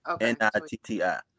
N-I-T-T-I